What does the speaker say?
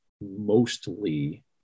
mostly